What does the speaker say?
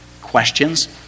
questions